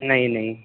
ਨਹੀਂ ਨਹੀਂ